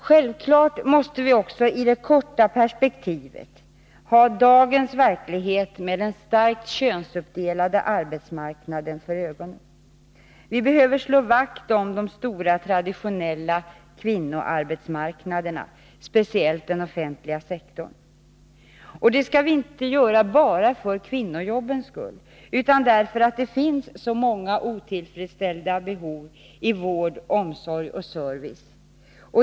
Självfallet måste vi i det korta perspektivet ha dagens verklighet med den starkt könsuppdelade arbetsmarknaden för ögonen. Vi behöver slå vakt om de stora traditionella kvinnoarbetsmarknaderna, speciellt den offentliga sektorn. Det skall vi göra inte bara för kvinnojobbens skull utan också därför att det finns så många otillfredsställda behov när det gäller vård, omsorg och service.